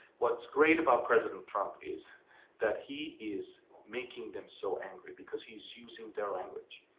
what's great about president trump is that he is making them so angry because he's using their language.